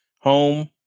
home